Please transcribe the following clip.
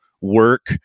Work